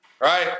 right